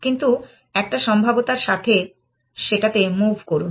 কিন্তু একটা সম্ভাব্যতার সাথে সেটাতে মুভ করুন